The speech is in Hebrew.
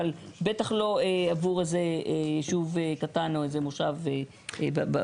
אבל בטח לא עבור איזה יישוב קטן או איזה מושב בפריפריה.